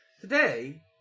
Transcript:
Today